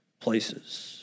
places